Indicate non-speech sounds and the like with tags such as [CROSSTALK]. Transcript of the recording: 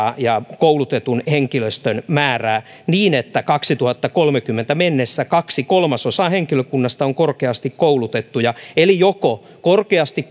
ja koulutetun henkilöstön määrää niin että kaksituhattakolmekymmentä mennessä kaksi kolmasosaa henkilökunnasta on korkeasti koulutettuja eli joko korkeasti [UNINTELLIGIBLE]